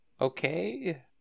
Okay